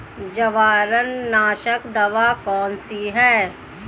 जवारनाशक दवा कौन सी है?